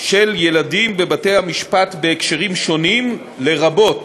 של ילדים בבתי-המשפט בהקשרים שונים, לרבות